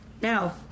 Now